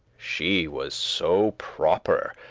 she was so proper,